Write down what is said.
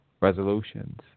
resolutions